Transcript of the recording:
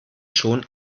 schon